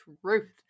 truth